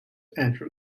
andrew